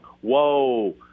whoa